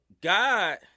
God